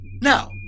Now